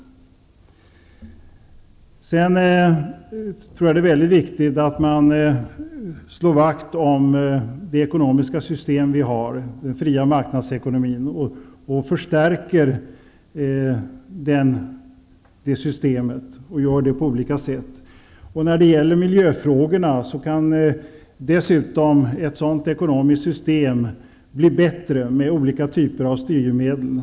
Sedan tror jag att det är väldigt viktigt att slå vakt om det ekonomiska system som vi har, den fria marknadsekonomin, och att förstärka det systemet på olika sätt. När det gäller miljöfrågorna kan ett sådant ekonomiskt system dessutom bli bättre med olika typer av styrmedel.